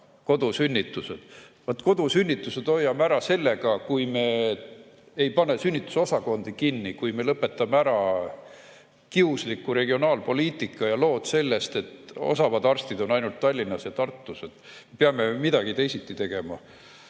kodusünnitused. Vaat, kodusünnitused hoiame ära sellega, kui me ei pane sünnitusosakondi kinni, kui me lõpetame ära kiusliku regionaalpoliitika ja lood sellest, et osavad arstid on ainult Tallinnas ja Tartus.Me peame midagi teisiti tegema.